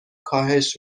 کاهش